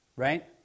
right